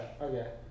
okay